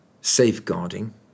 safeguarding